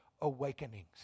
awakenings